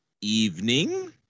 evening